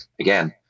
again